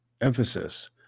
Emphasis